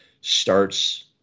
starts